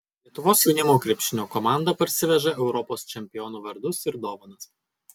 lietuvos jaunimo krepšinio komanda parsiveža europos čempionų vardus ir dovanas